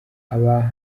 abambaye